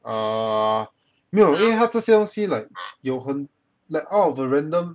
err 没有因为他这些东西 like 有很 like all of the random